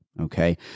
okay